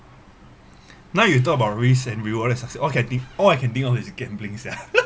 now you talk about risk and rewards and success what can I think all I can think of is a gambling sia